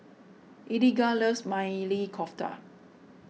Eliga loves Maili Kofta